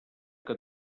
que